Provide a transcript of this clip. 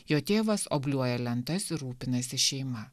jo tėvas obliuoja lentas ir rūpinasi šeima